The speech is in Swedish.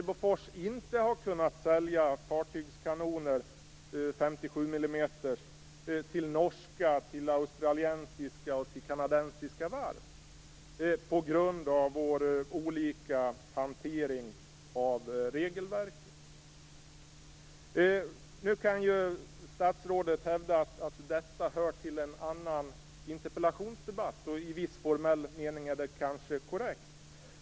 Bofors har inte kunnat sälja 57 mm fartygskanoner till norska, australiensiska och kanadensiska varv på grund av skillnaderna i hantering av regelverket. Statsrådet kan hävda att detta hör till en annan interpellationsdebatt, och i viss formell mening är det kanske korrekt.